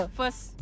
first